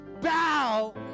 bow